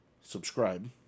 subscribe